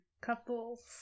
Couples